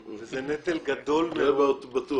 זה נטל גדול מאוד.